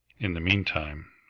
in the meantime,